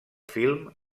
film